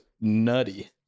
nutty